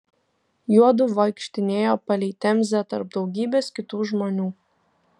juodu vaikštinėjo palei temzę tarp daugybės kitų žmonių